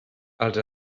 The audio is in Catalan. els